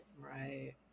right